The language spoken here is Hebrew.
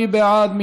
מי בעד?